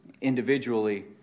individually